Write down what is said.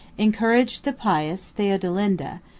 encouraged the pious theodelinda,